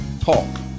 talk